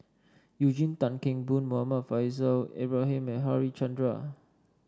Eugene Tan Kheng Boon Muhammad Faishal Ibrahim and Harichandra